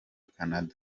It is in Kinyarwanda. canada